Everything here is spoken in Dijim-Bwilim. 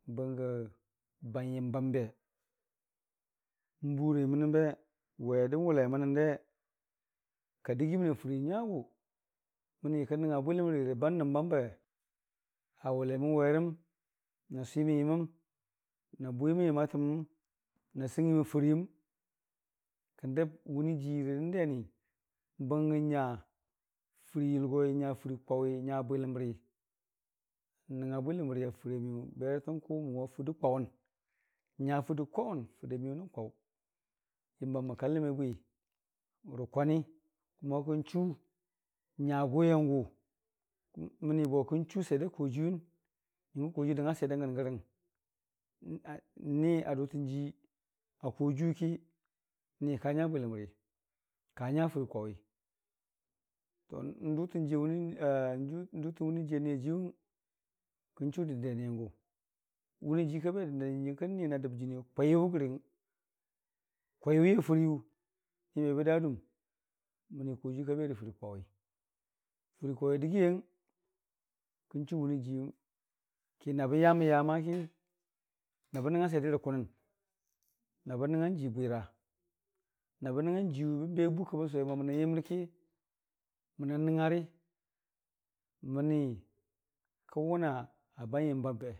bənge bamyəmbambe n'buroi mənəmbe, wedə n'wʊlai mənən de ka dəgii məna fərii nyaʊ məni kən nəngnga bwiləmrirə bam nəbhəm bambe a wʊlai mən werəm na swimən yəməm na bwimən yəmatəm na sɨngngi mən fɨriiyəm kəndəb wuniijii rə dəndeni bəngən nya fərii yʊlgoi n'nya fərii kwaʊwi n'nya bwiləmri n'nəngnga bwiləmri a fəriiya miyʊ berətrənkʊ mʊwa fɨrdɨ kwaʊwen n'nya fɨrdɨ kwaʊwʊn fɨrdamiyen nən kwaʊ, yəmbambə kaləmi bwi rə kwani kən chu nyagʊwiyangʊ məni bo kən chu swiyer dan kojiiyuwun nyəngkəng kojiiyu nəmngnga swiyer dangən rəgəng ni a dʊtənjii a kojiiyuki ni kanya bwiləmri kanya fərii kwaʊwi n'dʊtən wʊniiji a niya jiiyuwung kən du dəndeniyangʊ wʊrnii jii kaberə dəndeni nyəng kəni na dən jənii kwayʊ rəgəng kwaiwiya fəriiyu ni mebə daadum mənii n'kojiiyu kabe rə fərii kwaʊwi, fərii kaʊwi a dəgiiyəng kən chu wuniijii kina bən yamən ya ki nabən nəngngan swiyer dərə kʊnən, na bən nəngngan jii bwira nabən nəngngang jiiuw nabən be bukki bən sʊwe momənan yəmrəki mənan nəngngari məni kən wʊna a bauri yəm bambe.